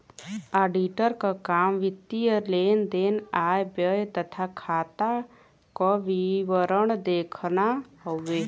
auditor क काम वित्तीय लेन देन आय व्यय तथा खाता क विवरण देखना हउवे